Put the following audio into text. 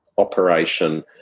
Operation